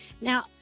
Now